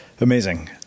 Amazing